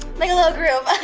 like a little groove.